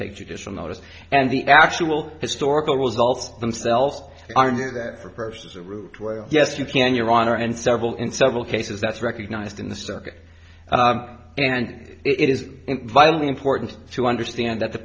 take judicial notice and the actual historical results themselves are new prefers a route where yes you can your honor and several in several cases that's recognized in the circuit and it is vitally important to understand that the